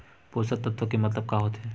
पोषक तत्व के मतलब का होथे?